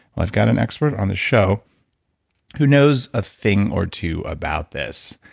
i've got an expert on the show who knows a thing or two about this?